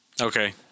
Okay